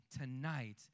tonight